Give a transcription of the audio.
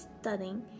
studying